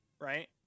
Right